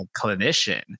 clinician